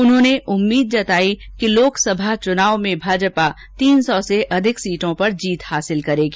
उन्होंने उम्मीद जताई कि लोकसभा चुनाव में भाजपा तीन सौ से अधिक सीटों पर जीत हासिल करेगी